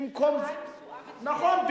נכון.